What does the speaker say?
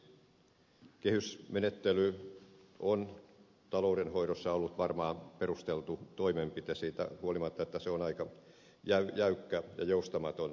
kehysmenettely on taloudenhoidossa varmaan ollut perusteltu toimenpide siitä huolimatta että se on aika jäykkä ja joustamaton menetelmä